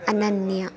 अनन्या